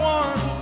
one